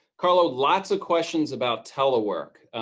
carlo, lots of questions about telework.